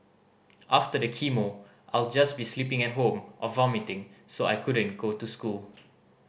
after the chemo I'll just be sleeping at home or vomiting so I couldn't go to school